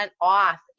off